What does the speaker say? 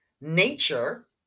nature